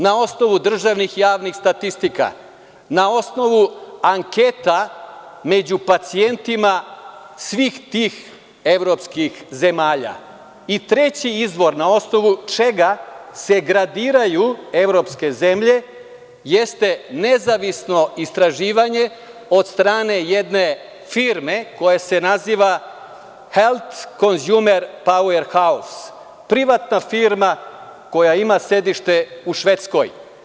Na osnovu državnih javnih statistika, na osnovu anketa među pacijentima svih tih evropskih zemalja, i treći izvor na osnovu čega se gradiraju evropske zemlje jeste nezavisno istraživanje od strane jedne firme koja se naziva „Health consumer powerhouse“, privatna firma koja ima sedište u Švedskoj.